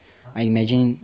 I imagine